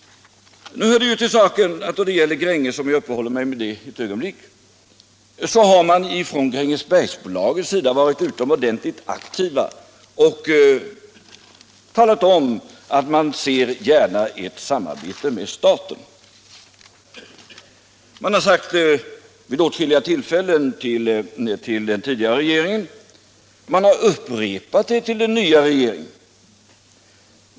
Nu hör det till saken att man då det gäller Gränges - om jag får uppehålla mig vid det företaget ännu något ögonblick — från Grängesbergsbolagets sida har varit utomordentligt aktiv och talat om att man gärna ser ett samarbete med staten. Man har vid åtskilliga tillfällen sagt detta till den tidigare regeringen och man har upprepat det till den nya regeringen.